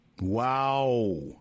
Wow